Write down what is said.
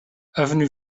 avenue